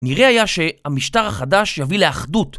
נראה היה שהמשטר החדש יביא לאחדות